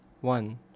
one